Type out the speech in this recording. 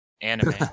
anime